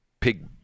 pig